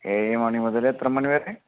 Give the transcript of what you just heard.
ഏഴ് മണി മുതൽ എത്ര മണി വരെ